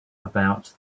about